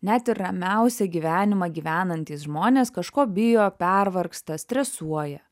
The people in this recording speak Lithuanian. net ir ramiausia gyvenimą gyvenantys žmonės kažko bijo pervargsta stresuoja